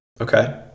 Okay